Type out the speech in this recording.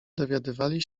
dowiadywali